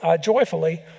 joyfully